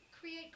create